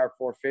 450